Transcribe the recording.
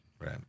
Right